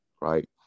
right